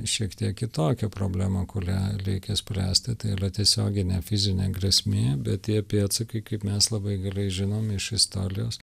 šiek tiek kitokią problemą kurią reikia spręsti tai yra tiesioginė fizinė grėsmė bet tie pėdsakai kaip mes labai gerai žinom iš istorijos